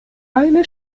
eine